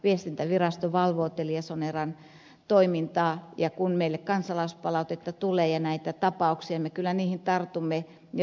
viestintävirasto valvoo teliasoneran toimintaa ja kun meille kansalaispalautetta tulee ja näitä tapauksia me kyllä niihin tartumme ja välitämme viestin